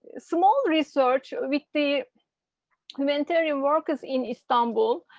small research with the humanitarian workers in istanbul.